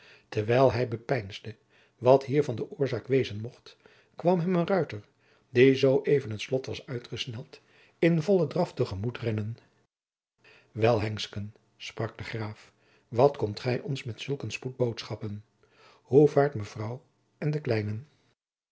terwijl hij bepeinsde wat hiervan de oorzaak wezen mocht kwam hem een ruiter die zoo even het slot was uitgesneld in vollen draf te gemoet rennen wel hensken sprak de graaf wat komt gij ons met zulk een spoed boodschappen hoe vaart mevrouw en de kleinen